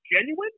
genuine